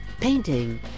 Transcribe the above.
painting